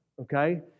okay